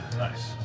Nice